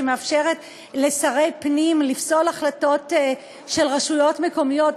שמאפשרת לשרי פנים לפסול החלטות של רשויות מקומיות,